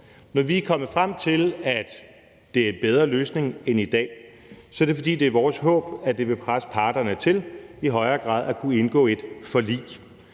Når vi er kommet frem til, at det er en bedre løsning end det, der er i dag, så er det, fordi det er vores håb, at det vil presse parterne til i højere grad at kunne indgå et forlig.